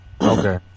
Okay